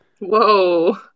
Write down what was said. Whoa